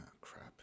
crap